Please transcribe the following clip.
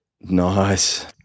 Nice